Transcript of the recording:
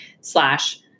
slash